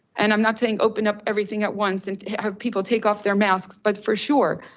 and i'm not saying open up everything at once and have people take off their masks, but for sure,